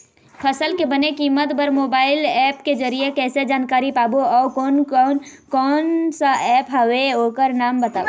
फसल के बने कीमत बर मोबाइल ऐप के जरिए कैसे जानकारी पाबो अउ कोन कौन कोन सा ऐप हवे ओकर नाम बताव?